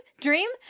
dream